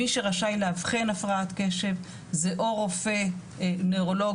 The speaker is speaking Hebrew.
מי שראשי לאבחן הפרעת קשב זה או רופא נוירולוג,